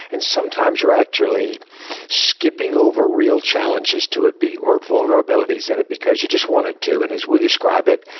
and sometimes you're actually skipping over real challenges to it or vulnerabilities in it because you just want it to. and as we describe it,